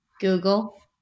Google